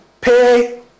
pay